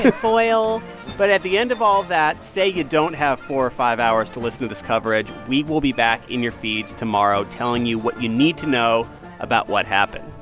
foil but at the end of all that, say you don't have four or five hours to listen to this coverage. we will be back in your feeds tomorrow telling you what you need to know about what happened.